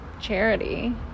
charity